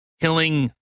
Killing